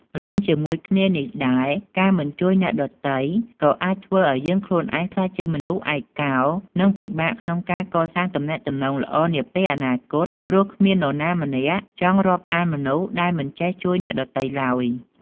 រួមជាមួយគ្នានេះដែរ ការមិនជួយអ្នកដទៃ ក៏អាចធ្វើឲ្យយើងខ្លួនឯងក្លាយជាមនុស្សឯកោ និងពិបាកក្នុងការកសាងទំនាក់ទំនងល្អនាពេលអនាគត ព្រោះគ្មាននរណាម្នាក់ចង់រាប់អានមនុស្សដែលមិនចេះជួយអ្នកដទៃឡើយ។